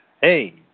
Hey